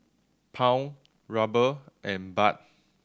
Pound Ruble and Baht